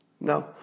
No